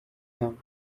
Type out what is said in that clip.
young